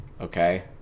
okay